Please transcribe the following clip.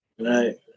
Right